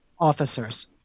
officers